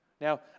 Now